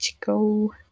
go